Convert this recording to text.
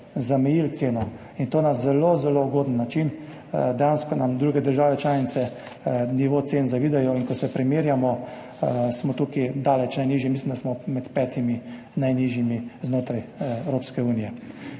zamejili ceno in to na zelo, zelo ugoden način. Dejansko nam druge države članice nivo cen zavidajo in ko se primerjamo, smo tukaj daleč najnižji. Mislim, da smo med petimi najnižjimi znotraj Evropske unije.